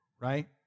Right